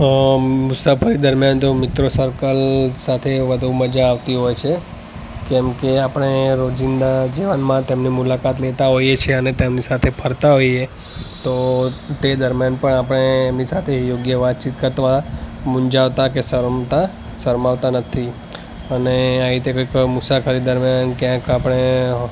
અ મુસાફરી દરમ્યાન તો મિત્રો સર્કલ સાથે વધુ મજા આવતી હોય છે કેમકે આપણે રોજિંદા જીવનમાં તેમની મુલાકાત લેતાં હોઈએ છે અને તેમની સાથે ફરતાં હોઈએ તો તે દરમ્યાન પણ આપણે એમની સાથે યોગ્ય વાતચીત અથવા મૂંઝાતા કે શરમતા શરમાવતા નથી અને આવી રીતે કોઈ પણ મુસાફરી દરમ્યાન ક્યાંક આપણે